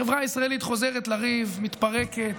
החברה הישראלית חוזרת לריב, מתפרקת.